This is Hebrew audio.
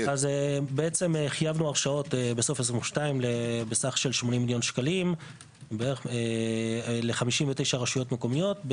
חייבנו הרשאות בסוף 2022 בסך של 80 מיליון שקלים ל-59 רשויות מקומיות,